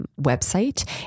website